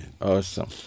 Awesome